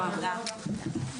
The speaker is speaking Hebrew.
הישיבה ננעלה בשעה